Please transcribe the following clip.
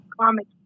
comic